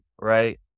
Right